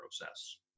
process